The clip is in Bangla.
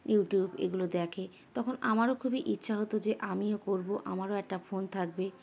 ইউটিউব এগুলো দেখে তখন আমারও খুবই ইচ্ছা হতো যে আমিও করবো আমারও একটা ফোন থাকবে